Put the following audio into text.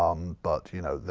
um but you know,